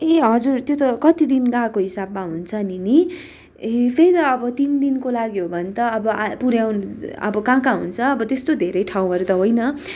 ए हजुर त्यो त कति दिन गएको हिसाबमा हुन्छ नि नि ए त्यही त अब तिन दिनको लागि हो भन्त पुऱ्याउनु अब कहाँ कहाँ हुन्छ अब त्यस्तो धेरै ठाउँहरू त होइन